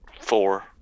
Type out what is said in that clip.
Four